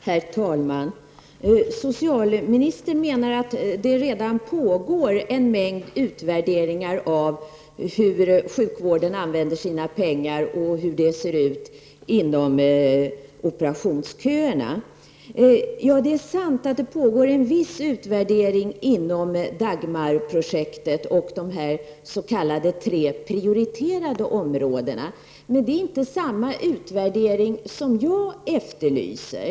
Herr talman! Socialministern menade att det redan pågår en mängd utvärderingar av hur sjukvården använder sina pengar och hur det ser ut inom operationsköerna. Ja, det är sant att det pågår en viss utvärdering inom Dagmarprojektet och de s.k. tre prioriterade områdena. Men det är inte samma utvärdering som den jag efterlyser.